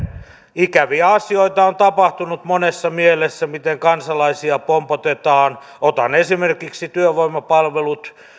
ikäviä asioita on tapahtunut monessa mielessä miten kansalaisia pompotetaan otan esimerkiksi työvoimapalvelut